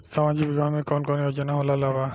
सामाजिक विभाग मे कौन कौन योजना हमरा ला बा?